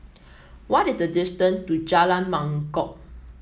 what is the distance to Jalan Mangkok